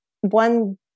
one